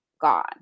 gone